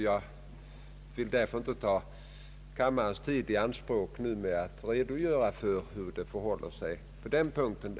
Jag vill därför inte ta kammarens tid i anspråk med att redogöra för hur det förhåller sig på den punkten.